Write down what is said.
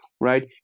right